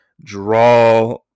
draw